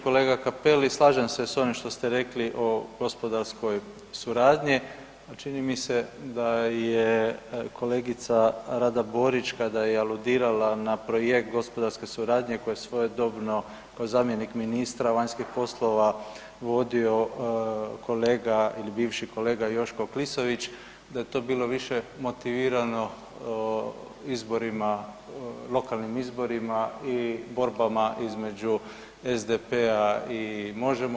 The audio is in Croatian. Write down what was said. Kolega Cappelli slažem se sa ovim što ste rekli o gospodarskoj suradnji, a čini mi se da je kolegica Rada Borić kada je aludirala na projekt gospodarske suradnje koje svojedobno kao zamjenik ministra vanjskih poslova vodio kolega ili bivši kolega Joško Klisović, da je to više bilo motivirano izborima, lokalnim izborima i borbama između SDP-a i Možemo.